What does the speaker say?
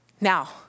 Now